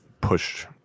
push